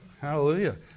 Hallelujah